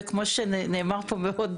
וכמו שנאמר פה מאוד